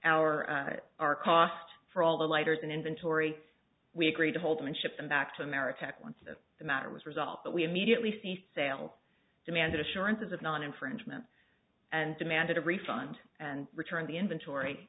our our cost for all the lighters and inventory we agreed to hold them and ship them back to america at once and the matter was resolved but we immediately csail demanded assurances of non infringement and demanded a refund and return the inventory